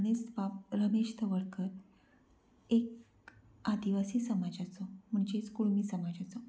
भोवमानेस्त बाब रमेश तवडकर एक आदिवासी समाजाचो म्हणजेच कुणबी समाजाचो